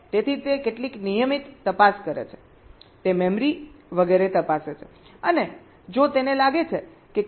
તેથી તે કેટલીક નિયમિત તપાસ કરે છે તે મેમરી વગેરે તપાસે છે અને જો તેને લાગે છે કે કંઈક ખોટું છે તો તે કોડ સાથે રિપોર્ટ કરે છે